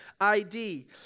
ID